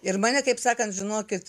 ir mane kaip sakant žinokit